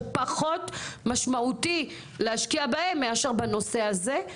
ופחות משמעותי להשקיע בהם מאשר בנושא הזה.